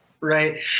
right